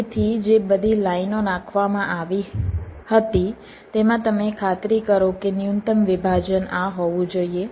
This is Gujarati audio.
તેથી જે બધી લાઈનો નાખવામાં આવી હતી તેમાં તમે ખાતરી કરો કે ન્યૂનતમ વિભાજન આ હોવું જોઈએ